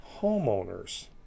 homeowners